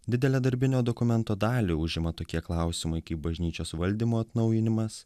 didelę darbinio dokumento dalį užima tokie klausimai kaip bažnyčios valdymo atnaujinimas